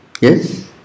Yes